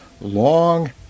long